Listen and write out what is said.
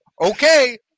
Okay